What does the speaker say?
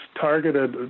targeted